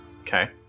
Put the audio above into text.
Okay